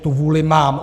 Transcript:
Tu vůli mám.